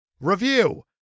Review